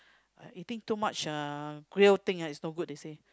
eating too much uh grill things ah is no good they said